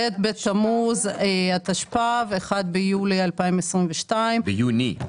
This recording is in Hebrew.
ב' בתמוז התשפ"ב ו-1 ביולי 2022. ביוני.